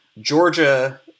Georgia